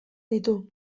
ditu